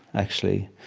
actually